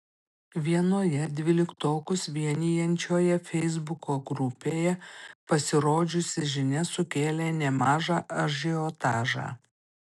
vienoje dvyliktokus vienijančioje feisbuko grupėje pasirodžiusi žinia sukėlė nemažą ažiotažą